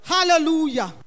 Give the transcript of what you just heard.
Hallelujah